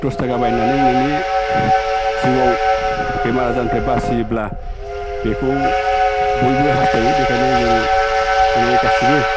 दस थाखा बायनानै नोंनि जिउआव बेमार आजारनिफ्राय बासियोब्ला बेखौ बयबो हास्थायो बेखायनो जों माने गासैबो